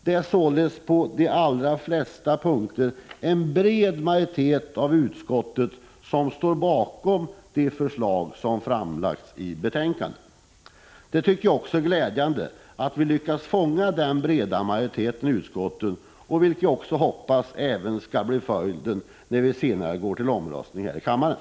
Det är således på de allra flesta punkter en bred majoritet i utskottet som står bakom de förslag som framlagts i betänkandet. Jag tycker det är glädjande att vi lyckats fånga den breda majoriteten i utskottet. Jag hoppas att detta skall bli fallet också när vi senare går till omröstning här i kammaren.